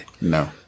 No